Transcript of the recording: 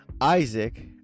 isaac